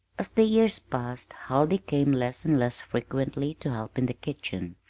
as the years passed, huldy came less and less frequently to help in the kitchen,